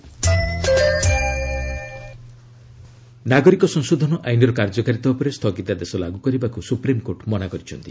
SC CAA ନାଗରିକ ସଂଶୋଧନ ଆଇନର କାର୍ଯ୍ୟକାରିତା ଉପରେ ସ୍ଥଗିତାଦେଶ ଲାଗୁ କରିବାକୁ ସୁପ୍ରିମ୍କୋର୍ଟ ମନା କରିଛନ୍ତି